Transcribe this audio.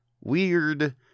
weird